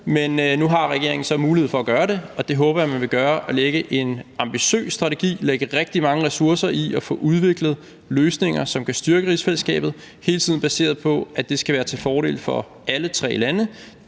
men nu har regeringen så mulighed for at gøre det, og det håber jeg man vil gøre og lægge en ambitiøs strategi, lægge rigtig mange ressourcer i at få udviklet løsninger, som kan styrke rigsfællesskabet, og hele tiden baseret på, at det skal være til fordel for alle tre lande.